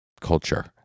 Culture